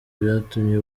byatumye